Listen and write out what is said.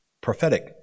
prophetic